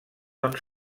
són